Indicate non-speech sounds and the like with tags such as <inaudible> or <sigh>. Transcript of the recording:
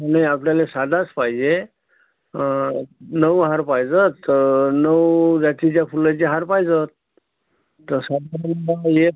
नाही आपल्याला साधाच पाहिजे नऊ हार पाहिजेत नऊ जातीच्या फुलांचे हार पाहिजेत तसं <unintelligible>